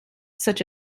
such